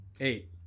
Eight